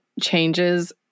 changes